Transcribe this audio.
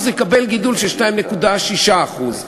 2014, קריאה שנייה וקריאה שלישית.